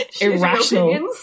irrational